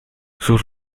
sus